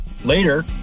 Later